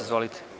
Izvolite.